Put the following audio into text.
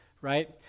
right